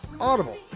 Audible